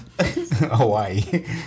Hawaii